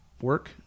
work